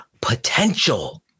potential